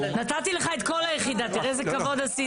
נתתי לך את כל היחידה, תראה איזה כבוד עשיתי.